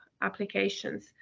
applications